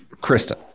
Kristen